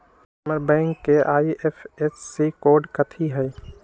हमर बैंक के IFSC code कथि हई?